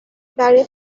برای